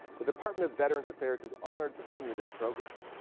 the department of veterans affairs is honored to bring you this program.